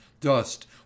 dust